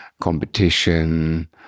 competition